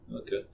Okay